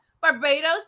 Barbados